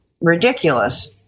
ridiculous